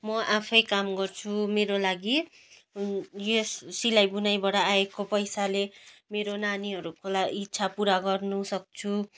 म आफै काम गर्छु मेरो लागि यस सिलाइ बुनाइबाट आएको पैसाले मेरो नानीहरूको लागि इच्छा पुरा गर्नु सक्छु